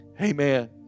Amen